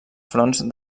fronts